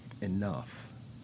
enough